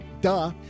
duh